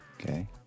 Okay